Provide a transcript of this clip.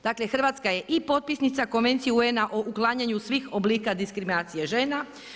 Dakle, Hrvatska je i potpisnica Konvencije UN-a o uklanjanju svih oblika diskriminacije žena.